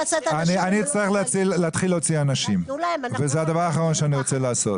אני אצטרך להתחיל להוציא אנשים וזה הדבר האחרון שאני רוצה לעשות.